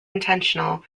intentional